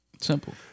Simple